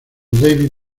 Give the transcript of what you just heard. david